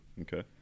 Okay